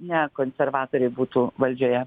ne konservatoriai būtų valdžioje